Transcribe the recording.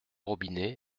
robinet